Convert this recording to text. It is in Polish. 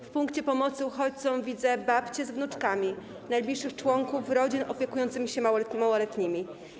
W punkcie pomocy uchodźcom widzę babcie z wnuczkami, najbliższych członków rodzin opiekujących się małoletnimi.